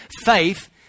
faith